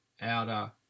outer